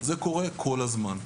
זה קורה כל הזמן.